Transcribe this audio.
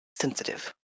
sensitive